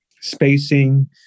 spacing